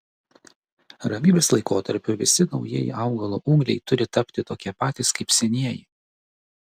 ramybės laikotarpiu visi naujieji augalo ūgliai turi tapti tokie patys kaip senieji